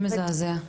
זה מזעזע.